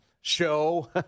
show